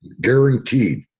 Guaranteed